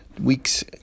week's